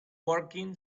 working